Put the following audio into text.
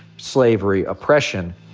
slavery, oppression.